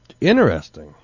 Interesting